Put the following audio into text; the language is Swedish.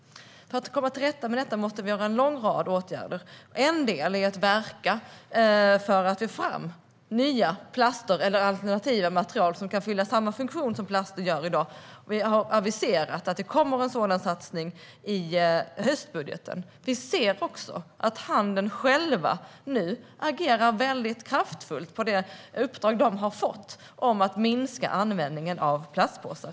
För att komma till rätta med detta måste vi vidta en lång rad åtgärder. En är att verka för att få fram nya plaster eller alternativa material som kan fylla samma funktion som plasten gör i dag, och vi har aviserat att det kommer en sådan satsning i höstbudgeten. Vi ser också att handeln själv agerar kraftfullt i det uppdrag man har fått att minska användningen av plastpåsar.